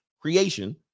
creation